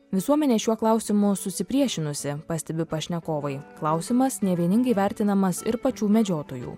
visuomenė šiuo klausimu susipriešinusi pastebi pašnekovai klausimas nevieningai vertinamas ir pačių medžiotojų